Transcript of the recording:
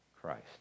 Christ